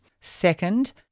Second